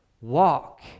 Walk